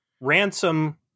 Ransom